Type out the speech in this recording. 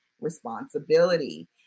responsibility